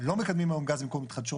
לא מקדמים היום גז במקום מתחדשות.